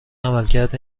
عملکرد